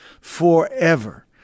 forever